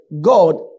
God